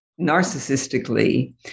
narcissistically